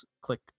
click